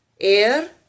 air